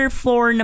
four